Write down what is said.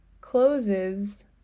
closes